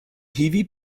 heavy